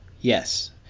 yes